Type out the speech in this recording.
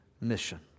mission